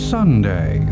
Sunday